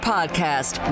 Podcast